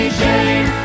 shame